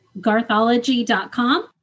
garthology.com